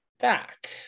back